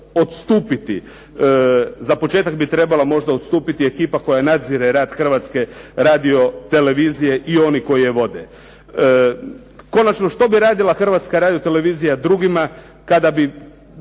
odstupiti. Za početak bi trebala možda odstupiti ekipa koja nadzire rad Hrvatske radiotelevizije i oni koji je vode. Konačno, što bi radila Hrvatska radiotelevizija drugima kada bi